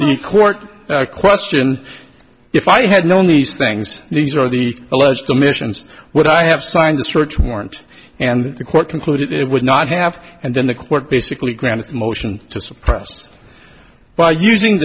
any court question if i had known these things these are the alleged omissions what i have signed a search warrant and the court concluded it would not have and then the court basically granted motion to suppress it by using